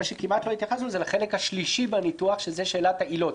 כמעט לא התייחסנו לחלק השלישי בניתוח שזו שאלת העילות.